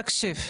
תקשיב,